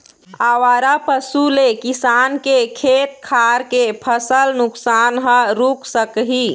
आवारा पशु ले किसान के खेत खार के फसल नुकसान ह रूक सकही